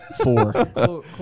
Four